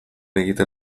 egiten